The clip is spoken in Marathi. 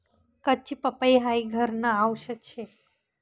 कच्ची पपई हाई घरन आवषद शे